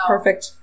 Perfect